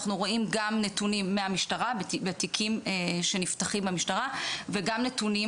אנחנו רואים גם נתונים מהמשטרה בתיקים שנפתחים במשטרה וגם נתונים